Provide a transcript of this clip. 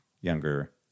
younger